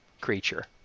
creature